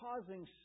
causing